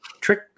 trick